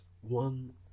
one